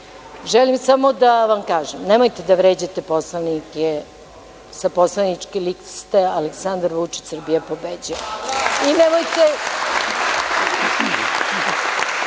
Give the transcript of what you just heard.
želim samo da vam kažem nemojte da vređate poslanike sa poslaničke liste Aleksandar Vučić – Srbija